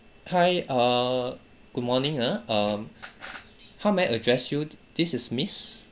hi err good morning uh um how may I address you this is miss